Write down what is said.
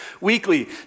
Weekly